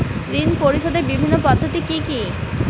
ঋণ পরিশোধের বিভিন্ন পদ্ধতি কি কি?